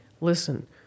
listen